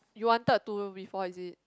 you wanted to before is it